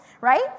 Right